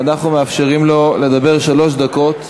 ואנחנו מאפשרים לו לדבר שלוש דקות,